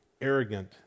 arrogant